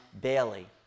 Bailey